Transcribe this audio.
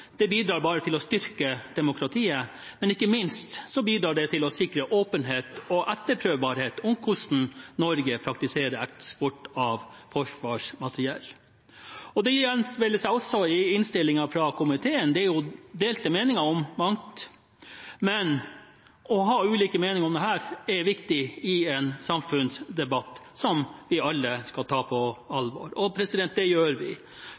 Det bidrar bare til å styrke demokratiet. Ikke minst bidrar det til å sikre åpenhet og etterprøvbarhet om hvordan Norge praktiserer eksport av forsvarsmateriell. Det gjenspeiler seg også i innstillingen fra komiteen. Det er jo delte meninger om mangt, men å ha ulike meninger om dette er viktig i en samfunnsdebatt som vi alle skal ta på alvor. Og det gjør vi.